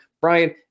Brian